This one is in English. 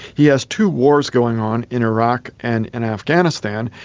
he has two wars going on in iraq and and afghanistan,